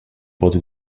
wurde